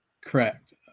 correct